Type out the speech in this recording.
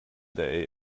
day